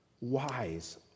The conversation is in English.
wise